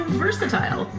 versatile